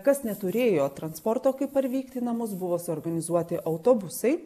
kas neturėjo transporto kaip parvykt į namus buvo suorganizuoti autobusai